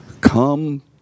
Come